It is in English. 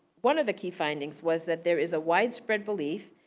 one of the key findings was that there is a wide-spread belief,